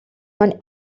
man